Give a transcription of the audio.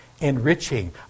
enriching